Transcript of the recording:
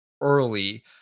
early